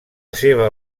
seva